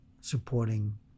supporting